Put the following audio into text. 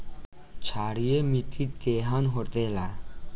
क्षारीय मिट्टी केहन होखेला?